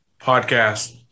podcast